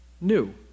new